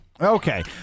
Okay